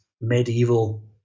medieval